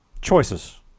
choices